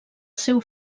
seu